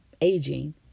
aging